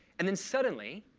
and then suddenly,